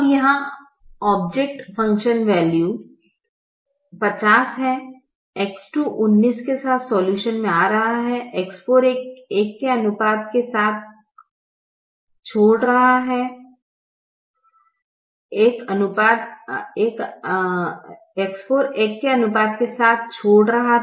अब यहाँ object function value 50 है X2 19 के साथ सॉल्यूशन में आ रहा है X4 एक के अनुपात का साथ छोड़ रहा था